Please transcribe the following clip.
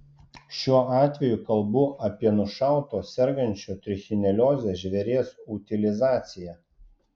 šiuo atveju kalbu apie nušauto sergančio trichinelioze žvėries utilizaciją